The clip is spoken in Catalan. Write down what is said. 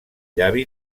llavi